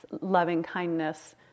loving-kindness